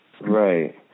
Right